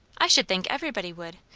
i should think everybody would.